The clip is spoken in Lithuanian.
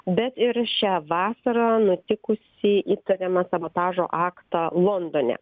bet ir šią vasarą nutikusį įtariama sabotažo aktą londone